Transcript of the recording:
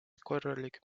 korralik